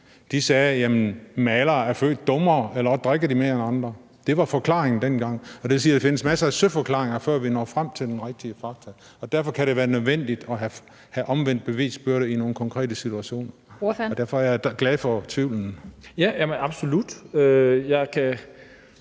De sagde, at malere er født dummere, eller også drikker de mere end andre. Det var forklaringen dengang. Det vil sige, at der findes masser af søforklaringer, før vi finder frem til den rigtige faktor, og derfor kan det være nødvendigt at have omvendt bevisbyrde i nogle konkrete situationer, og derfor er jeg glad for tvivlen. Kl. 18:31 Den fg.